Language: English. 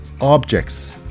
objects